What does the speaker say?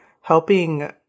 helping